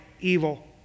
evil